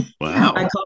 Wow